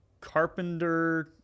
carpenter